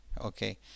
Okay